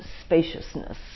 spaciousness